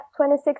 26